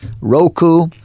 Roku